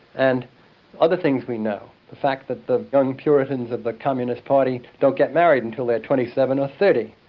and other things we know, the fact that the young puritans of the communist party don't get married until they are twenty seven or thirty,